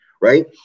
right